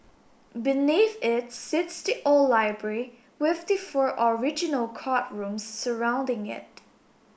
beneath its sits the old library with the four original courtrooms surrounding it